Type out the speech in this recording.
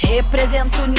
Represento